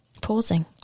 Pausing